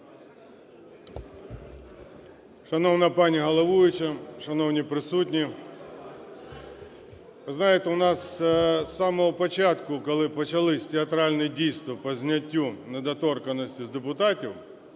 Шановна пані головуюча! Шановні присутні! Ви знаєте у нас з самого початку, коли почались театральні дійства по зняттю недоторканності з депутатів,